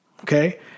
okay